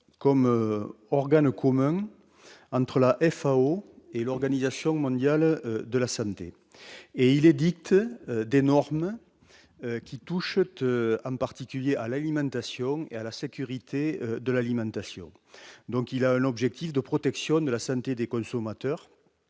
comme un organe commun entre la FAO et l'Organisation mondiale de la sainteté et il édicte des normes qui touche toutes en particulier à l'alimentation et à la sécurité de l'alimentation, donc il a l'objectif de protection de la santé des consommateurs